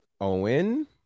Owen